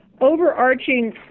overarching